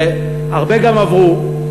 הרבה גם עברו.